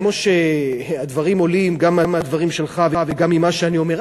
כמו שהדברים עולים גם מהדברים שלך וגם ממה שאני אומר,